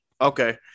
okay